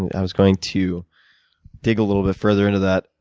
and i was going to dig a little bit further into that,